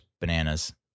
bananas